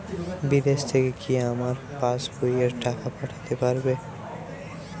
বিদেশ থেকে কি আমার পাশবইয়ে টাকা পাঠাতে পারবে?